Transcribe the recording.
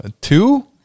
Two